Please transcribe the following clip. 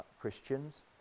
Christians